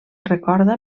recorda